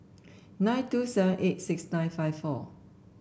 nine two seven eight six nine five four